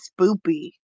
spoopy